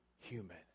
human